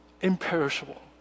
imperishable